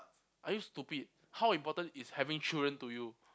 are you stupid how important is having children to you